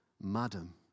Madam